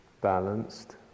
balanced